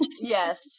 Yes